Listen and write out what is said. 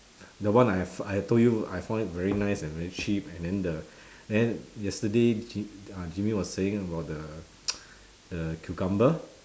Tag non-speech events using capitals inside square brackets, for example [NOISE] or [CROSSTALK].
the one I I told you I found it very nice and very cheap and then the then yesterday uh Jimmy was saying about the [NOISE] the cucumber